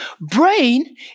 Brain